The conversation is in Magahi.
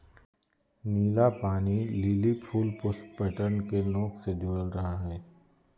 नीला पानी लिली फूल पुष्प पैटर्न के नोक से जुडल रहा हइ